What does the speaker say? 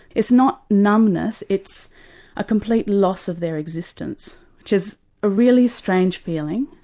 it's not numbness, it's a complete loss of their existence which is a really strange feeling.